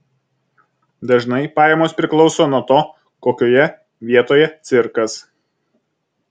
dažnai pajamos priklauso nuo to kokioje vietoj cirkas